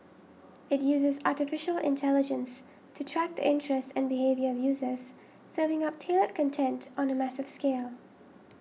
it uses Artificial Intelligence to track the interests and behaviour of users serving up tailored content on a massive scale